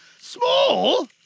Small